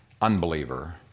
unbeliever